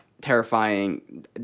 terrifying